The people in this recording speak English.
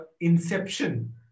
inception